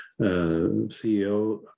ceo